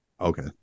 Okay